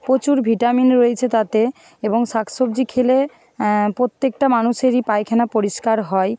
প্রচুর ভিটামিন রয়েছে তাতে এবং শাক সবজি খেলে প্রত্যেকটা মানুষেরই পায়খানা পরিষ্কার হয়